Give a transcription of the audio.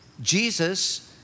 Jesus